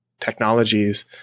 technologies